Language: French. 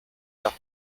leur